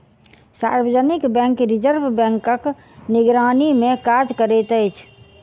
सार्वजनिक bank reserve बैंकक निगरानीमे काज करैत अछि